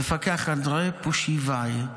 מפקח אנריי פושיבאי,